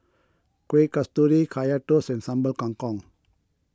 Kueh Kasturi Kaya Toast and Sambal Kangkong